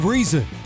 Reason